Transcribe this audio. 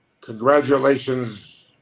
congratulations